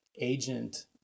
agent